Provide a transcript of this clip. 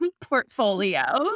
portfolio